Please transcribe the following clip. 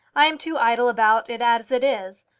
i am too idle about it as it is.